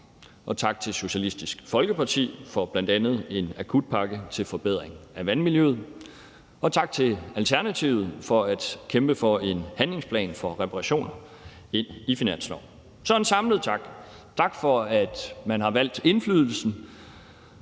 og tak til Socialistisk Folkeparti for bl.a. en akutpakke til forbedring af vandmiljøet. Tak til Alternativet for at kæmpe for at få en handlingsplan for reparationer ind i finanslovsforslaget. Så der skal lyde en samlet tak. Tak for, at man har valgt indflydelsen.